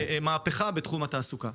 מהפכה בתחום התעסוקה.